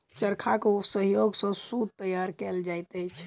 चरखाक सहयोग सॅ सूत तैयार कयल जाइत अछि